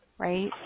Right